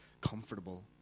comfortable